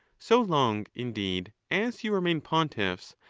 so long, indeed, as you remain pontiffs,